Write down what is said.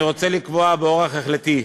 אני רוצה לקבוע באורח החלטי: